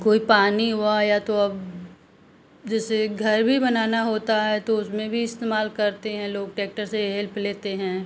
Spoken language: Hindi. कोई पानी हुआ या तो अब जैसे घर भी बनाना होता है तो उसमें भी इस्तेमाल करते हैं लोग टैक्टर से हेल्प लेते हैं